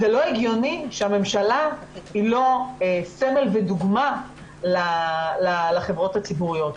זה לא הגיוני שהממשלה היא לא סמל ודוגמא לחברות הציבוריות.